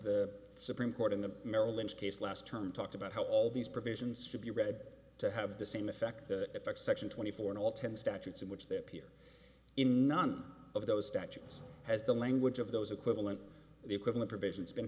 the supreme court in the maryland case last term talked about how all these provisions should be read to have the same effect effect section twenty four in all ten statutes in which they appear in none of those statutes has the language of those equivalent the equivalent provisions been